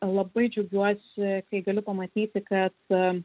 labai džiaugiuosi kai galiu pamatyti kad